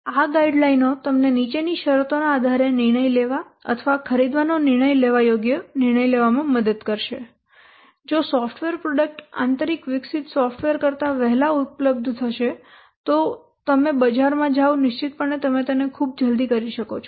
આ ગાઈડ લાઈનો તમને નીચેની શરતોના આધારે નિર્ણય લેવા અથવા ખરીદવાનો નિર્ણય લેવા યોગ્ય નિર્ણય લેવામાં મદદ કરશે જો સોફ્ટવેર પ્રોડક્ટ આંતરિક વિકસિત સોફ્ટવેર કરતાં વહેલા ઉપલબ્ધ થશે જો તમે બજારમાં જાવ નિશ્ચિતપણે તમે તેને ખૂબ જલ્દીથી ખરીદી શકો છો